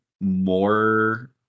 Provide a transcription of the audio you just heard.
more